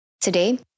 Today